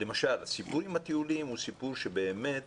הסיפור עם הטיולים הוא סיפור שבאמת